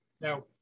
Now